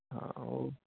ਹਾਂ ਉਹ